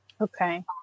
Okay